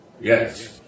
Yes